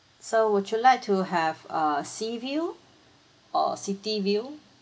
so would you like to have uh sea view or city view